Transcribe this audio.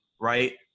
right